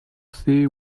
see